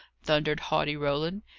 thundered haughty roland.